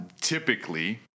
Typically